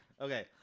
Okay